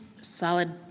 solid